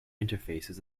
interfaces